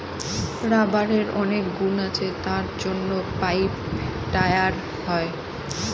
রাবারের অনেক গুণ আছে তার জন্য পাইপ, টায়ার হয়